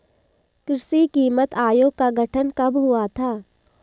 कृषि कीमत आयोग का गठन कब हुआ था?